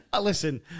Listen